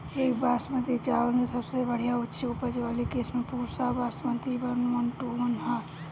एक बासमती चावल में सबसे बढ़िया उच्च उपज वाली किस्म Pusa basmati one one two one ह?